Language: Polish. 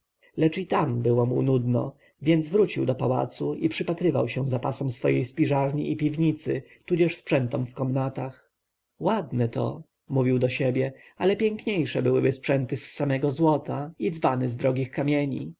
lecz że i tam było mu nudno więc wrócił do pałacu i przypatrywał się zapasom swojej śpiżarni i piwnicy tudzież sprzętom w komnatach ładne to mówił do siebie ale piękniejsze byłyby sprzęty z samego złota a dzbany z drogich kamieni